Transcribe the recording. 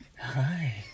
Hi